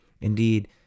Indeed